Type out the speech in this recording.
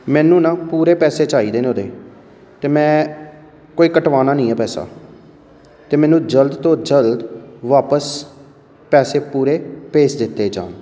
ਮੈਨੂੰ ਨਾ ਪੂਰੇ ਪੈਸੇ ਚਾਹੀਦੇ ਨੇ ਉਹਦੇ ਅਤੇ ਮੈਂ ਕੋਈ ਕਟਵਾਉਣਾ ਨਹੀਂ ਹੈ ਪੈਸਾ ਅਤੇ ਮੈਨੂੰ ਜਲਦ ਤੋਂ ਜਲਦ ਵਾਪਸ ਪੈਸੇ ਪੂਰੇ ਭੇਜ ਦਿੱਤੇ ਜਾਣ